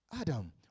Adam